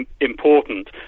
important